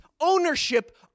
ownership